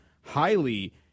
highly